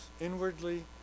inwardly